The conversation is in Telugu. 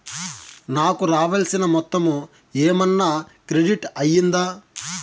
నాకు రావాల్సిన మొత్తము ఏమన్నా క్రెడిట్ అయ్యిందా